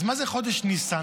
אז מה זה חודש ניסן?